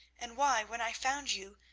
and why, when i found you,